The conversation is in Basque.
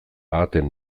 ahateen